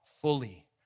fully